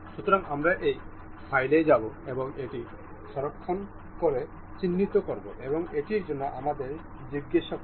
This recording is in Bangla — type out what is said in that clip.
সুতরাং আমরা এই ফাইলটিতে যাব এবং এটি সংরক্ষণ করে চিহ্নিত করব এবং এটির জন্য আমাদের জিজ্ঞাসা করব